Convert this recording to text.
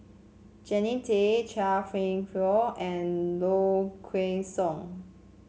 Jannie Tay Chia Kwek Fah and Low Kway Song